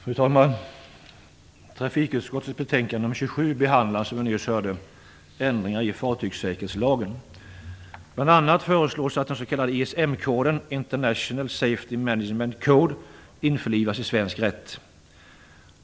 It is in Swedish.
Fru talman! Trafikutskottets betänkande nr 27 behandlar som vi nyss hörde ändringar i fartygssäkerhetslagen. Bl.a. föreslås att den s.k. ISM-koden - International Safety Management Code - införlivas i svensk rätt.